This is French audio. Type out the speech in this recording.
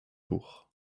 tour